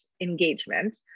engagement